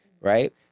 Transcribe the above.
right